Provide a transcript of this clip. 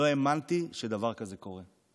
לא האמנתי שדבר כזה קורה.